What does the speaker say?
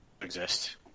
exist